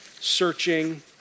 searching